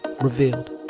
revealed